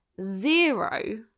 zero